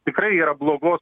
tikrai yra blogos